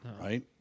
right